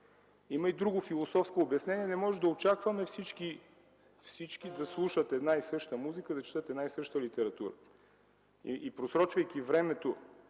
Има и друго, философско тълкувание – не можем да очакваме всички да слушат една и съща музика, да четат една и съща литература. Просрочвайки времето,